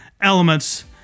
elements